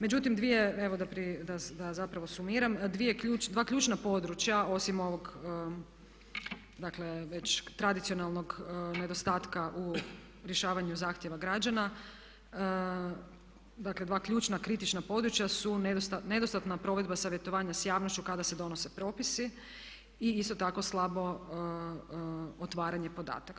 Međutim, evo da zapravo sumiram, dva ključna područja osim ovog dakle već tradicionalnog nedostatka u rješavanju zahtjeva građana, dakle dva ključna kritična područja su nedostatna provedba savjetovanja s javnošću kada se donose propisi i isto tako slabo otvaranje podataka.